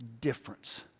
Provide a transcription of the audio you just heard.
difference